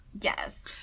yes